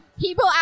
people